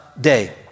day